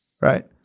Right